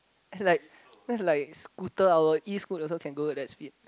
and like that's like scooter hour Escoot also can go at that speed